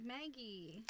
Maggie